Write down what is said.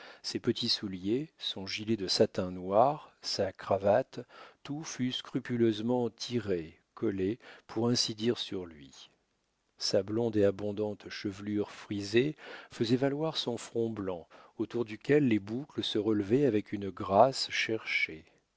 ses petits souliers son gilet de satin noir sa cravate tout fut scrupuleusement tiré collé pour ainsi dire sur lui sa blonde et abondante chevelure frisée faisait valoir son front blanc autour duquel les boucles se relevaient avec une grâce cherchée